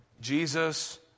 Jesus